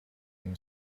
him